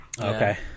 Okay